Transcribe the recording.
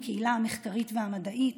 הקהילה המחקרית והמדעית,